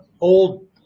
old